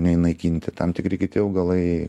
nei naikinti tam tikri kiti augalai